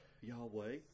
Yahweh